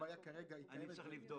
שהבעיה כרגע קיימת בייעוד.